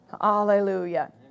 Hallelujah